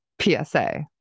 psa